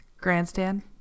grandstand